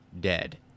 dead